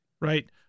Right